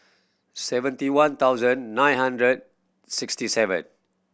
seventy one thousand nine hundred sixty seven